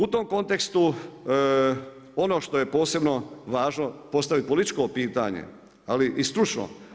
U tom kontekstu ono što je posebno važno postaje političko pitanje ali i stručno.